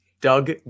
Doug